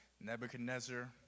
Nebuchadnezzar